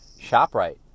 ShopRite